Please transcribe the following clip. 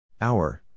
Hour